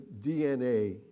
DNA